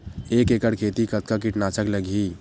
एक एकड़ खेती कतका किट नाशक लगही?